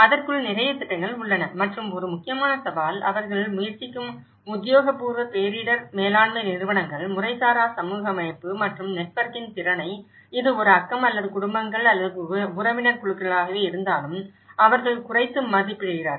அதற்குள் நிறைய திட்டங்கள் உள்ளன மற்றும் ஒரு முக்கியமான சவால் அவர்கள் முயற்சிக்கும் உத்தியோகபூர்வ பேரிடர் மேலாண்மை நிறுவனங்கள் முறைசாரா சமூக அமைப்பு அல்லது நெட்வொர்க்கின் திறனை இது ஒரு அக்கம் அல்லது குடும்பங்கள் அல்லது உறவினர் குழுக்களாகவே இருந்தாலும் அவர்கள் குறைத்து மதிப்பிடுகிறார்கள்